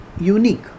unique